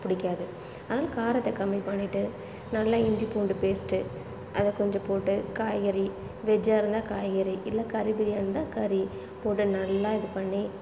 பிடிக்காது அதனால் காரத்தை கம்மி பண்ணிவிட்டு நல்லா இஞ்சி பூண்டு பேஸ்ட்டு அதை கொஞ்சம் போட்டு காய்கறி வெஜ்ஜாக இருந்தால் காய்கறி இல்லை கறி பிரியாணியாருந்தால் கறி போட்டு நல்லா இது பண்ணி